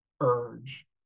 urge